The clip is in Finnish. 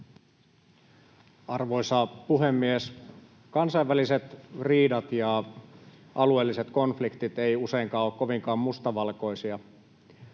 Arvoisa puhemies! Kansainväliset riidat ja alueelliset konfliktit eivät useinkaan ole kovinkaan mustavalkoisia.